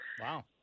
wow